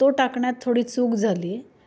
तो टाकण्यात थोडी चूक झाली